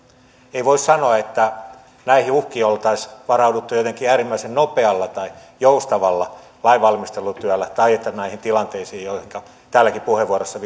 ei voi sanoa että näihin uhkiin oltaisiin varauduttu jotenkin äärimmäisen nopealla tai joustavalla lainvalmistelutyöllä tai että näihin tilanteisiin joihinka täälläkin puheenvuoroissa